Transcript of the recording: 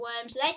worms